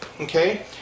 okay